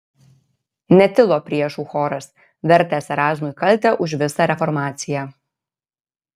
netilo priešų choras vertęs erazmui kaltę už visą reformaciją